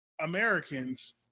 Americans